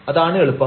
അതാണ് എളുപ്പം